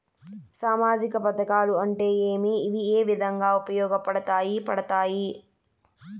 సామాజిక పథకాలు అంటే ఏమి? ఇవి ఏ విధంగా ఉపయోగపడతాయి పడతాయి?